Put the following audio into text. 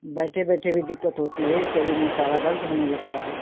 बैठे बैठे भी दिक्कत होती है शरीर में सारा दर्द होने लगता है